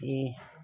এই